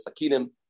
Sakinim